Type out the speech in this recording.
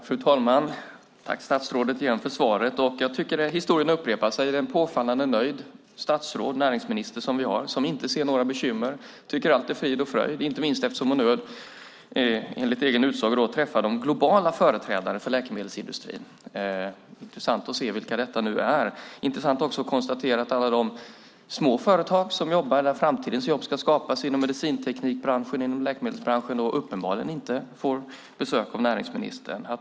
Fru talman! Tack, statsrådet, för svaret! Historien upprepar sig. Det är en påfallande nöjd näringsminister som inte ser några bekymmer och tycker att allt är frid och fröjd, inte minst eftersom hon enligt egen utsago träffar globala företrädare för läkemedelsindustrin. Det är intressant att se vilka de är. Det är också intressant att konstatera att alla de små företag där framtidens jobb ska skapas inom medicinteknikbranschen och läkemedelsbranschen uppenbarligen inte får besök av näringsministern.